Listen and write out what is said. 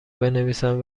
بنویسم